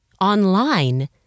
online